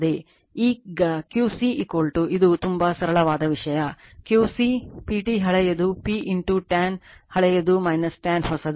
ಈಗ Q c ಇದು ಇದು ತುಂಬಾ ಸರಳವಾದ ವಿಷಯ Q c PT ಹಳೆಯದು P ಟ್ಯಾನ್ ಹಳೆಯದು ಟ್ಯಾನ್ ಹೊಸದು